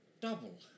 double